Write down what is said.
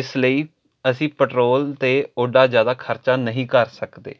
ਇਸ ਲਈ ਅਸੀਂ ਪੈਟਰੋਲ 'ਤੇ ਓਡਾ ਜ਼ਿਆਦਾ ਖਰਚਾ ਨਹੀਂ ਕਰ ਸਕਦੇ